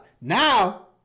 Now